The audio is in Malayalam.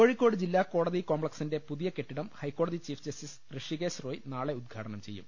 കോഴിക്കോട് ജില്ലാകോടതി കോംപ്ലക്സിന്റെ പുതിയ കെട്ടിടം ഹൈക്കോടതി ചീഫ് ജസ്റ്റിസ് ഋഷികേശ് റോയ് നാളെ ഉദ്ഘാടനം ചെയ്യും